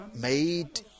made